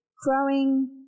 growing